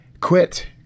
quit